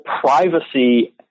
privacy